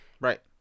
Right